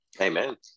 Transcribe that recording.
Amen